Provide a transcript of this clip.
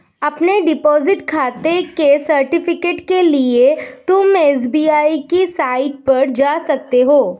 अपने डिपॉजिट खाते के सर्टिफिकेट के लिए तुम एस.बी.आई की साईट पर जा सकते हो